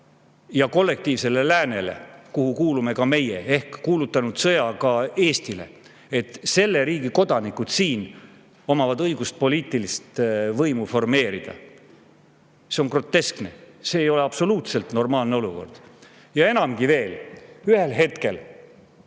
ja kollektiivsele läänele, kuhu kuulume ka meie, ehk ta on kuulutanud sõja ka Eestile, aga selle riigi kodanikud omavad õigust siin poliitilist võimu formeerida. See on groteskne. See ei ole absoluutselt normaalne olukord. Enamgi veel, ühel hetkel